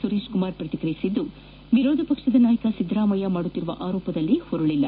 ಸುರೇಶ್ ಕುಮಾರ್ ಪ್ರತಿಕ್ರಿಯಿಸಿ ವಿರೋಧ ಪಕ್ಷದ ನಾಯಕ ಸಿದ್ದರಾಮಯ್ಯ ಮಾಡುತ್ತಿರುವ ಆರೋಪದಲ್ಲಿ ಹುರುಳಿಲ್ಲ